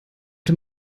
dem